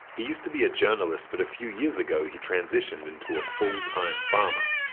he used to be a journalist, but a few years ago he transitioned into a full time farmer.